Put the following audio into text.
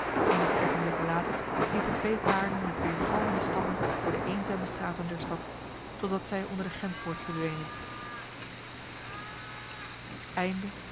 enige ogenblikken later liepen twee paarden met weergalmende stappen door de eenzame straten der stad totdat zij onder de gentpoort verdwenen